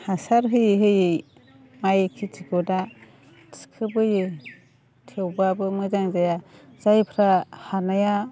हासार होयै होयै माइ खेथिखौ दा थिखोबोयो थेवब्लाबो मोजां जाया जायफ्रा हानाया